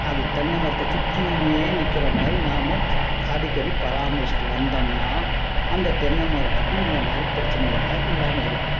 அது தென்னை மரத்தை சுற்றியுமே நிற்கிற மாதிரி நாம் அடிக்கடி பராமரிச்சிட்டு வந்தம்னா அந்த தென்னை மரத்துக்கு இந்த மாதிரி பிரச்சனை எல்லாம் இல்லாமல் இருக்கும்